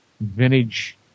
vintage